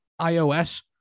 iOS